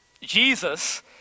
Jesus